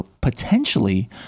potentially